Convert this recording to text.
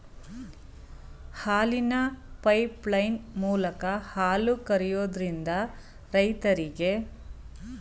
ಹಾಲಿನ ಪೈಪ್ಲೈನ್ ಮೂಲಕ ಹಾಲು ಕರಿಯೋದ್ರಿಂದ ರೈರರಿಗೆ ಹಾಲು ಕರಿಯೂ ಶ್ರಮ ಕಡಿಮೆಯಾಗುತ್ತೆ